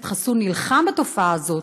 בכנסת הזאת,